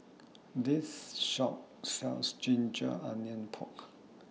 This Shop sells Ginger Onions Pork